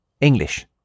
English